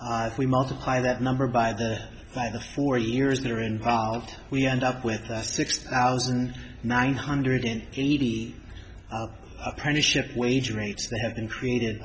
if we multiply that number by the by the four years that are involved we end up with us six thousand nine hundred eighty apprenticeship wage rates they have been created